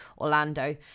Orlando